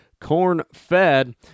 corn-fed